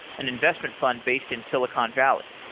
an investment fund based in silicon valley.